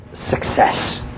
success